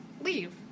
leave